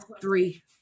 three